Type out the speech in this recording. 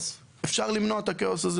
אפשר למנוע את הכאוס הזה,